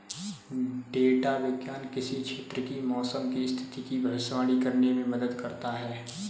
data विज्ञान किसी क्षेत्र की मौसम की स्थिति की भविष्यवाणी करने में मदद करता है